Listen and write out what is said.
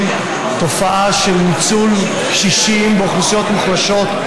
תופעה של ניצול קשישים ואוכלוסיות מוחלשות,